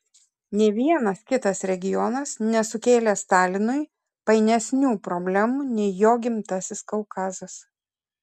nė vienas kitas regionas nesukėlė stalinui painesnių problemų nei jo gimtasis kaukazas